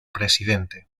presidente